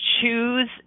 Choose